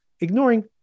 ignoring